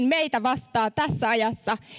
meitä kohtaavat tässä ajassa